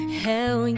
hell